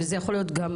זה יכול להיות גם